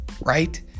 right